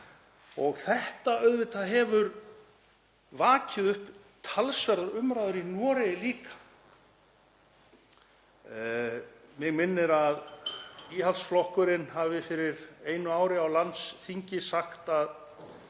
hefur auðvitað vakið upp talsverðar umræður í Noregi líka. Mig minnir að íhaldsflokkurinn hafi fyrir einu ári á landsþingi sagt að